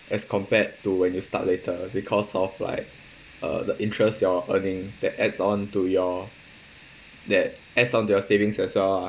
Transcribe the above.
as compared to when you start later because of like uh the interest you're earning that adds on to your that adds on to your savings as well ah